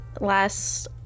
last